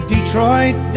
Detroit